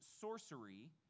sorcery